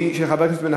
מתנגדים ואין